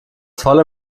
voll